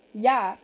yeah